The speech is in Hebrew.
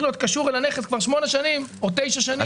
להיות קשור אל הנכס כבר שמונה שנים או תשע שנים.